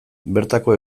bertako